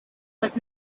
was